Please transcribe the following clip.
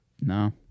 No